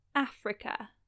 Africa